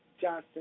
Johnson